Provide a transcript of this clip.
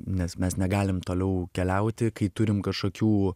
nes mes negalim toliau keliauti kai turim kažkokių